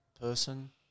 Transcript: person